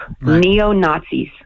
neo-Nazis